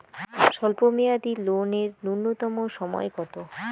স্বল্প মেয়াদী লোন এর নূন্যতম সময় কতো?